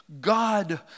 God